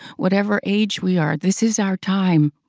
whatever age we are, this is our time.